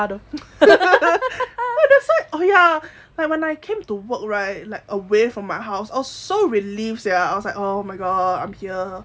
what the fuck oh ya like when I came to work right like away from my house I was so relieved sia I was like oh my god I'm here